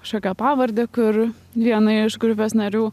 kažkokią pavardę kur vienoje iš grupės narių